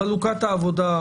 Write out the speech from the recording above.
חלוקת העבודה,